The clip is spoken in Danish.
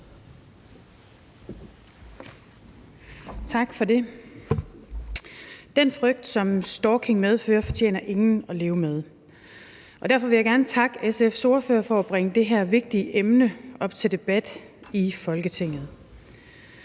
Tak for det. Den frygt, som stalking medfører, fortjener ingen at leve med, og derfor vil jeg gerne takke SF's ordfører for at bringe det her vigtige emne op til debat i Folketinget.